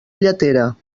lletera